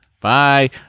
bye